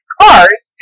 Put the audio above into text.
cars